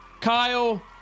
kyle